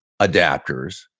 adapters